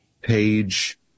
page